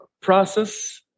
process